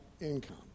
income